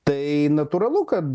tai natūralu kad